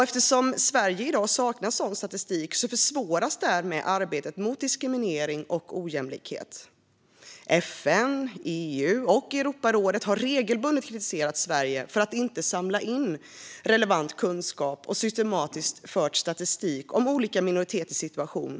Eftersom Sverige i dag saknar sådan statistik försvåras arbetet mot diskriminering och ojämlikhet. FN, EU och Europarådet har regelbundet kritiserat Sverige för att vi inte har samlat in relevant kunskap och systematiskt fört statistik om olika minoriteters situation.